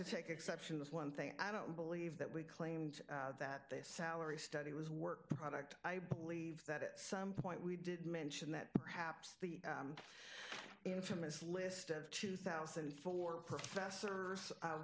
to take exception to one thing i don't believe that we claimed that they salary study was work product i believe that at some point we did mention that perhaps the infamous list of two thousand and four professors